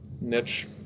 niche